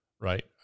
right